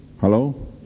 Hello